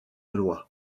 loi